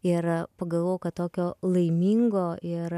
ir pagalvojau kad tokio laimingo ir